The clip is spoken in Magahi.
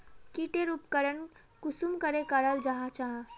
की टेर उपकरण कुंसम करे कराल जाहा जाहा?